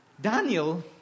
Daniel